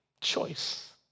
choice